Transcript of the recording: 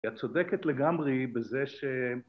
‫את צודקת לגמרי בזה ש...